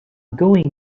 going